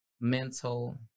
mental